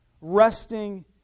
resting